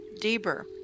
Deber